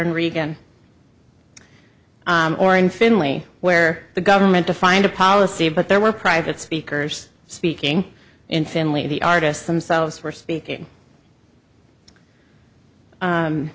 in reagan or in finley where the government to find a policy but there were private speakers speaking in family the artists themselves were speaking